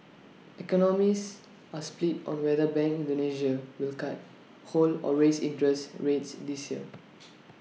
economists are split on whether bank Indonesia will cut hold or raise interest rates this year